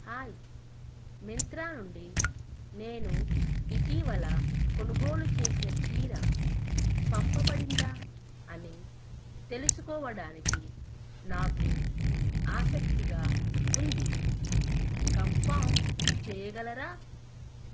hi Myntra నుండి నేను ఇటీవల కొనుగోలు చేసిన చీర పంపబడిందా అని తెలుసుకోవడానికి నాకు ఆసక్తిగా ఉంది కన్ఫర్మ్ చేయగలరా